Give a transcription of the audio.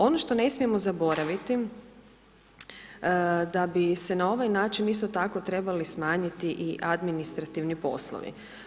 Ono što ne smijemo zaboraviti da bi se na ovaj način isto tako, trebali smanjiti i administrativni poslovi.